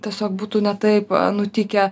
tiesiog būtų ne taip nutikę